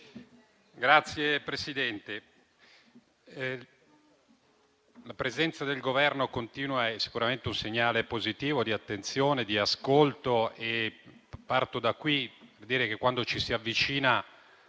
Signora Presidente, la presenza del Governo continua è sicuramente un segnale positivo di attenzione e di ascolto, e parto da qui per dire che quando ci si avvicina